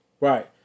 Right